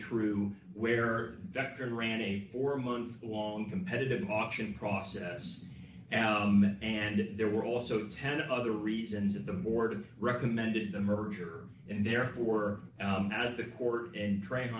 true where vectored ran a four month long competitive auction process and there were also ten other reasons that the board recommended the merger and therefore as the court in tra